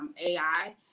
AI